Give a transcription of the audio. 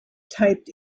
typed